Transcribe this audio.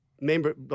member